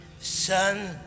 son